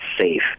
safe